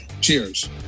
Cheers